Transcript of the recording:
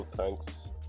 Thanks